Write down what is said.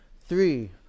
three